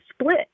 split